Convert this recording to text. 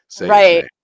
Right